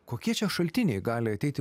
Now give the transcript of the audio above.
kokie čia šaltiniai gali ateiti